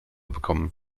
bekommen